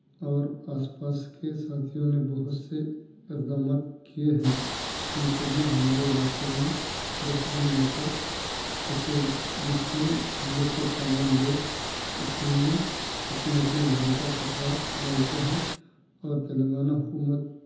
اور آس پاس کے ساتھیوں نے بہت سے اقدامات کئے ہیں ہم سب نے ہمارے علاقے میں ڈسٹ بین لا کر رکھے جس سے حلے کے تمام لوگ اِسی میں اپنے اپنے گھروں کا کچرا ڈالتے ہیں اور تلنگانہ حکومت